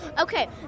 Okay